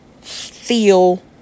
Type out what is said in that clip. feel